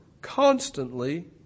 constantly